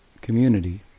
community